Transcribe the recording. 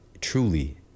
truly